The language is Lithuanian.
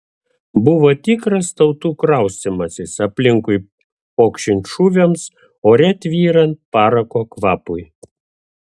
buvo tikras tautų kraustymasis aplinkui pokšint šūviams ore tvyrant parako kvapui